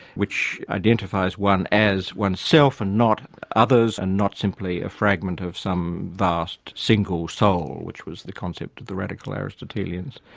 which identifies one as oneself and not others, and not simply a fragment of some vast single soul, which was the concept of the radical aristotelians.